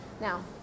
Now